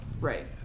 Right